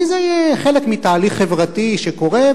כי זה חלק מתהליך חברתי שקורה,